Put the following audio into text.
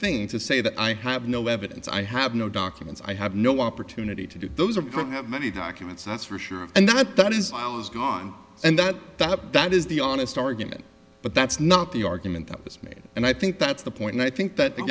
thing to say that i have no evidence i have no documents i have no opportunity to do those are probably have many documents that's for sure and that that is i was gone and that that that is the honest argument but that's not the argument that was made and i think that's the point i think that the